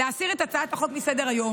להסיר את הצעת החוק מסדר-היום.